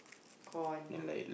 con